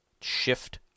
shift